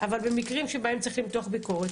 אבל במקרים שבהם צריך למתוח ביקורת,